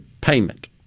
payment